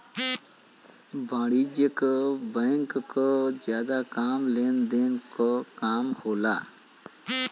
वाणिज्यिक बैंक क जादा काम लेन देन क काम होला